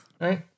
Right